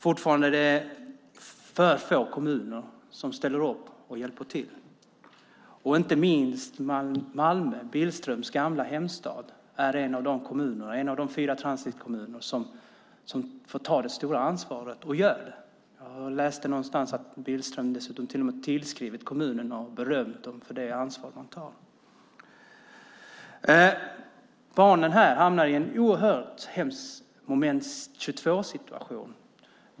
Fortfarande är det för få kommuner som ställer upp och hjälper till. Malmö, Billströms gamla hemstad, är en av de fyra transitkommuner som tar ett stort ansvar. Jag läste någonstans att Billström till och med berömt kommunen för det ansvar man tar. Barnen hamnar i en hemsk moment 22-situation.